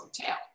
hotel